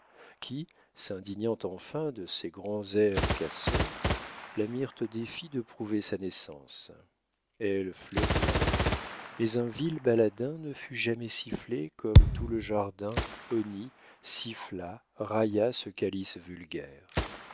qui s'indignant enfin de ses grands airs casseurs la mirent au défi de prouver sa naissance elle fleurit alors mais un vil baladin ne fut jamais sifflé comme tout le jardin honnit siffla railla ce calice vulgaire